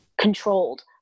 controlled